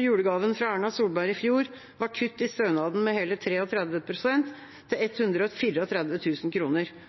Julegaven fra Erna Solberg i fjor var kutt i stønaden på hele 33 pst., til